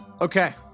Okay